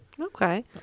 Okay